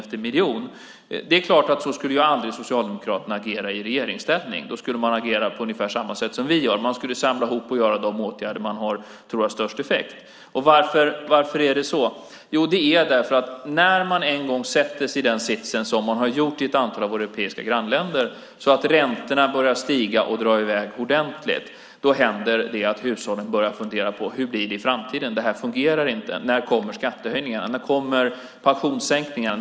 Så skulle naturligtvis aldrig Socialdemokraterna agera i regeringsställning. Då skulle man agera på ungefär samma sätt som vi: samla ihop och vidta de åtgärder som man tror har störst effekt. Varför är det så? Jo, när man väl sätter sig i den sits som ett antal av våra europeiska grannländer har satt sig i, där räntorna börjar stiga och dra i väg ordentligt, börjar hushållen fundera: Hur blir det i framtiden? Det här fungerar inte. När kommer skattehöjningarna? När kommer pensionssänkningarna?